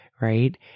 Right